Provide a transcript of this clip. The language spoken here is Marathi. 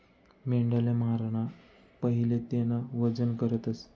मेंढाले माराना पहिले तेनं वजन करतस